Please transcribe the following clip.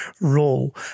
role